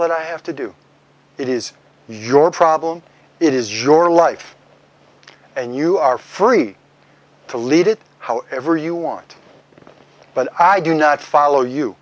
that i have to do it is your problem it is george life and you are free to lead it however you want but i do not follow